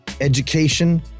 education